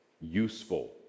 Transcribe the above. useful